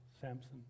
Samson